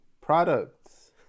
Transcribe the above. Products